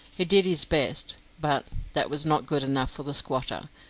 he did his best, but that was not good enough for the squatter,